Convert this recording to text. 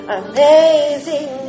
amazing